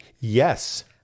Yes